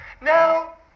Now